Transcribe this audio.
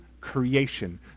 creation